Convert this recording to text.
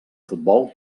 futbol